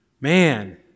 Man